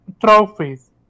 trophies